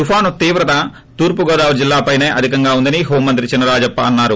తుపాను తీవ్రత తూర్పుగోదావరి జిల్లాపైనే అధికంగా ఉందని హోంమంత్రి చినరాజప్ప అన్నారు